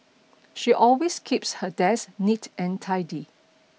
she always keeps her desk neat and tidy